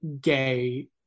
gay